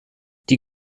die